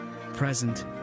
present